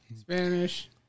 Spanish